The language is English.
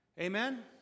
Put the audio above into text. Amen